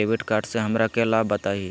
Debit card से हमरा के लाभ बताइए?